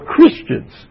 Christians